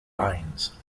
lines